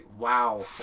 Wow